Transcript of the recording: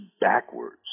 backwards